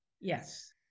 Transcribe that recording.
yes